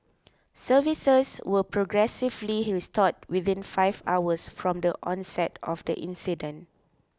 services were progressively restored within five hours from the onset of the incident